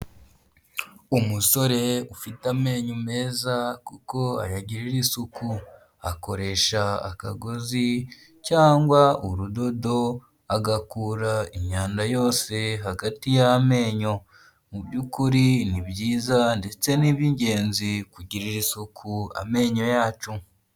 Umusore ufite amenyo meza kuko ayagirira isuku. Akoresha akagozi cyangwa urudodo agakura imyanda yose hagati y'amenyo. Mu bykuri ni byiza ndetse nib'ingenzi kugirira isuku amenyo yacu.